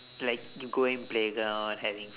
like you going playground having